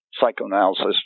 psychoanalysis